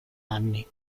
anni